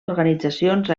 organitzacions